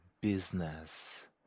business